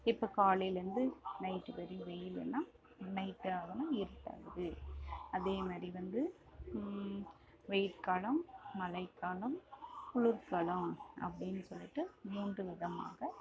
இப்போ காலையிலருந்து நைட்டு வரையும் வெயிலுனால் நைட் இருட்டாகுது அதே மாதிரி வந்து வெயில் காலம் மழை காலம் குளிர் காலம் அப்படின் சொல்லிவிட்டு மூன்று விதமாக